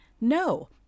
No